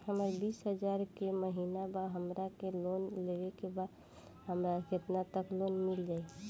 हमर बिस हजार के महिना बा हमरा के लोन लेबे के बा हमरा केतना तक लोन मिल जाई?